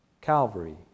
Calvary